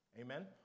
Amen